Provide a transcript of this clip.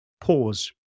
pause